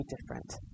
different